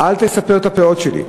אל תספר את הפאות שלי.